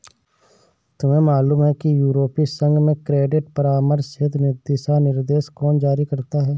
तुम्हें मालूम है कि यूरोपीय संघ में क्रेडिट परामर्श हेतु दिशानिर्देश कौन जारी करता है?